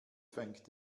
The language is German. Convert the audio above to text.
fängt